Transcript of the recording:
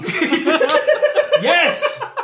Yes